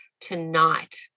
tonight